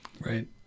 Right